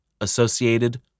associated